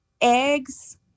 eggs